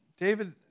David